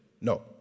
No